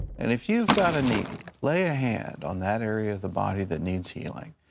and if you've got a need, lay a hand on that area of the body that needs healing.